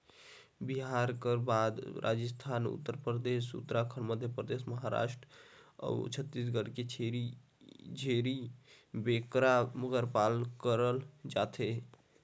बिहार कर बाद राजिस्थान, उत्तर परदेस, उत्तराखंड, मध्यपरदेस, महारास्ट अउ छत्तीसगढ़ में छेरी बोकरा कर पालन करल जाथे